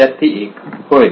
विद्यार्थी 1 होय